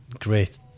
great